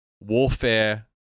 warfare